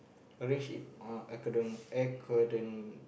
arrange it on according according